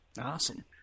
Awesome